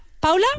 Paula